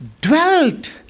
dwelt